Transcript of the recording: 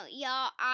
y'all